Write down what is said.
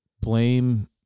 blame –